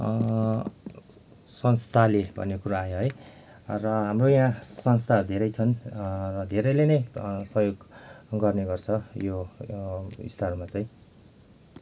संस्थाले भन्ने कुरा आयो है र हाम्रो यहाँ संस्था धेरै छन् धेरैले नै सहयोग गर्ने गर्छ यो स्तरमा चाहिँ